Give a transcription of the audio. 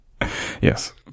Yes